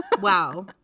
wow